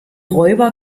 räuber